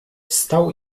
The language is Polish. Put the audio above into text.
wstał